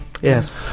yes